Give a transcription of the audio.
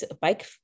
bike